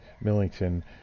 millington